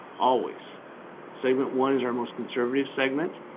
always say what what is our most conservative segment,